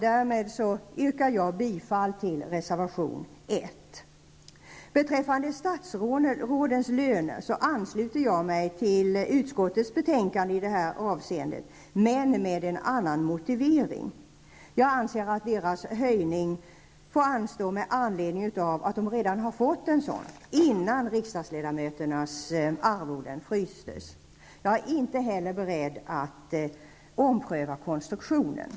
Därmed yrkar jag bifall till reservation Beträffande statsrådens löner ansluter jag mig till det som står i utskottets betänkande i det här avseendet, men med en annan motivering. Jag anser att deras lönehöjning får anstå med anledning av att de redan har fått en sådan innan riksdagsledamöternas arvoden frystes. Jag är inte heller beredd att ompröva konstruktionen.